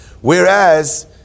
Whereas